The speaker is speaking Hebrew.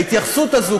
ההתייחסות הזאת,